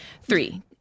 Three